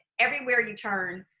everywhere you turn,